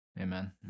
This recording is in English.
Amen